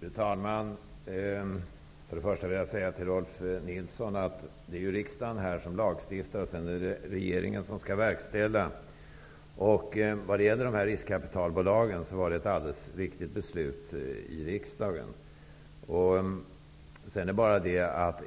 Fru talman! Först och främst vill jag säga till Rolf L Nilson att det är riksdagen som lagstiftar och att det är regeringen som sedan skall verkställa fattade beslut. Vad gäller riskkapitalbolagen var det ett alldeles riktigt beslut som riksdagen fattade. Men